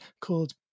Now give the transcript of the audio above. called